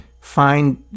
find